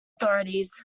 authorities